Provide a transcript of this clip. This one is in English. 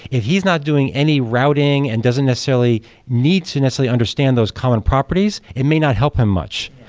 if he's not doing any routing and doesn't necessarily need to necessarily understand those common properties, it may not help him much.